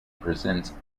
presents